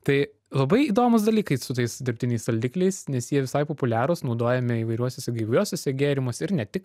tai labai įdomus dalykai su tais dirbtiniais saldikliais nes jie visai populiarūs naudojami įvairiuosiuose gaiviuosiuose gėrimuose ir ne tik